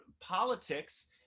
politics